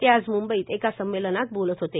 ते आज म्ंबईत एका संमेलनात बोलत होते